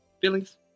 Feelings